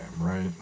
right